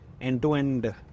end-to-end